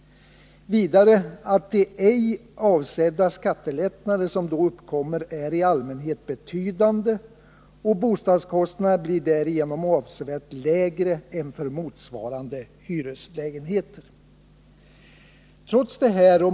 Vidare påstås att de ej avsedda skattelättnader som då uppkommer i allmänhet är betydande och bostadskostnaderna blir därigenom ofta avsevärt lägre än för motsvarande hyreslägenheter.